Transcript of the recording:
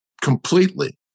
Completely